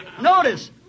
Notice